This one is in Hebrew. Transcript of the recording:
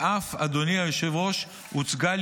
אלא ליישם את כל הלקחים שנצברו מאז 2011,